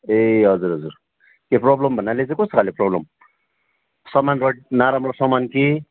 ए हजुर हजुर ए प्रब्लम भन्नाले चाहिँ कस्तो खाले प्रब्लम सामान रड नराम्रो सामान कि